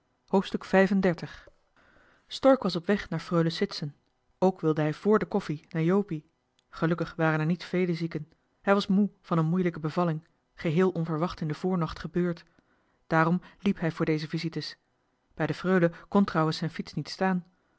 hoofdstuk stork was op weg naar freule sitsen ook wilde hij vr de koffie naar jopie gelukkig waren er niet vele zieken hij was moe van een moeilijke bevalling geheel onverwacht in den voornacht gebeurd daarom liep hij voor deze visites bij de freule kon trouwens zijn fiets niet staan